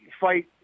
fight